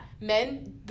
Men